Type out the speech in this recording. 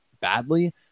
badly